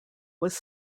was